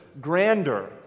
grander